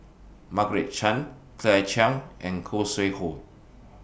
Margaret Chan Claire Chiang and Khoo Sui Hoe